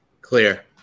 Clear